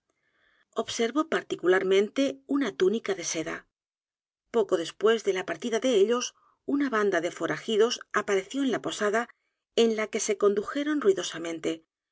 observó particularmente una túnica de seda poco después de la partida de ellos una banda de forajidos apareció en la posada en la que se condujeron r